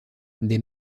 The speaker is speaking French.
des